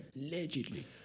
Allegedly